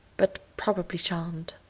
but probably shan't.